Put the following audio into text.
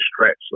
stretch